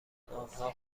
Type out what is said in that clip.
آنها